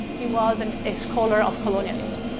he was and a scholar of colonialism,